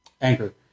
anchor